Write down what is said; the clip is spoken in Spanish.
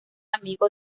amigo